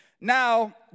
Now